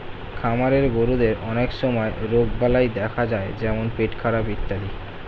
খামারের গরুদের অনেক সময় রোগবালাই দেখা যায় যেমন পেটখারাপ ইত্যাদি